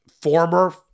former